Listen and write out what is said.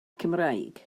cymraeg